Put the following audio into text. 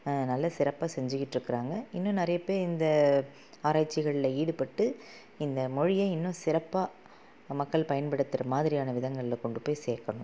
நல்ல சிறப்பா செஞ்சிக்கிட்டுருக்காங்க இன்னும் நிறைய பேர் இந்த ஆராய்ச்சிகளில் ஈடுபட்டு இந்த மொழியை இன்னும் சிறப்பாக மக்கள் பயன்படுத்துகிறமாரியான விதங்களில் கொண்டு போய் சேர்க்கணும்